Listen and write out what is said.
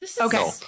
okay